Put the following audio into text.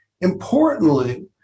Importantly